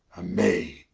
a maid,